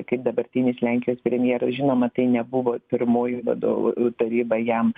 kaip dabartinis lenkijos premjeras žinoma tai nebuvo pirmoji vadovų taryba jam